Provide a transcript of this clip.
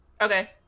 Okay